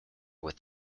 with